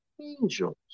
angels